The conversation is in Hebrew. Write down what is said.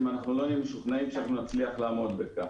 אם לא נהיה משוכנעים שנצליח לעמוד בכך.